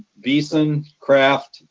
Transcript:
beeson, kraft,